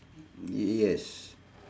yes